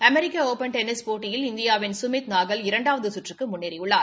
அமெரிக்க open tennis போட்டியில் இந்தியாவின் சுமித்நாகல் இரண்டாவது கற்றுக்கு முன்னேறியுள்ளார்